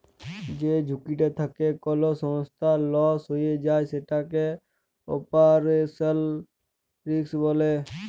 যে ঝুঁকিটা থ্যাকে কল সংস্থার লস হঁয়ে যায় সেটকে অপারেশলাল রিস্ক ব্যলে